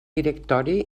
directori